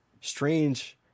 Strange